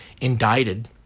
indicted